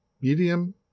Medium